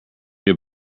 your